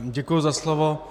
Děkuji za slovo.